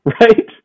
right